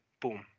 boom